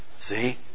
see